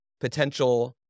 potential